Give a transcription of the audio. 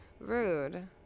Rude